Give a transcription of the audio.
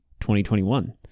2021